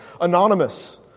Anonymous